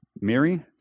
Mary